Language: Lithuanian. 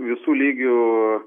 visų lygių